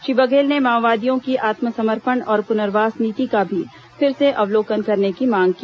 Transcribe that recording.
श्री बघेल ने माओवादियों की आत्मसमर्पण और पुनर्वास नीति का भी फिर से अवलोकन करने की मांग की